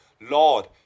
Lord